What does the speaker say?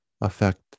affect